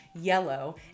yellow